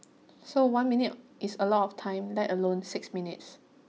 so one minute is a lot of time let alone six minutes